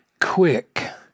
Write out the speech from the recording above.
quick